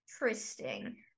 interesting